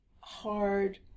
hard